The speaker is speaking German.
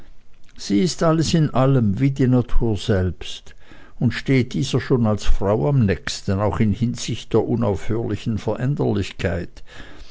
sie ist alles in allem wie die natur selbst und steht dieser schon als frau am nächsten auch in hinsicht der unaufhörlichen veränderlichkeit